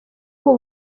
ubu